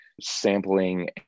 sampling